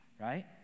Right